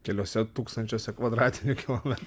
keliuose tūkstančiuose kvadratinių kilomet